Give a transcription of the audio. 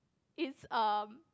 is um